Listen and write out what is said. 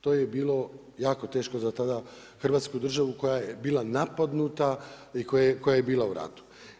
To je bilo jako teško za tada hrvatsku državu koja je bila napadnuta i koja je bila u ratu.